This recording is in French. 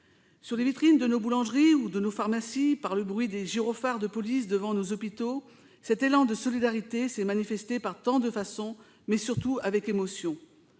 Sur les vitrines de nos boulangeries ou de nos pharmacies, par le bruit des gyrophares de police devant nos hôpitaux, cet élan de solidarité s'est manifesté par tant de façons, mais surtout avec émotion.